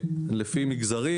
לפי מגזרים.